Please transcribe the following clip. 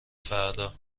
فردا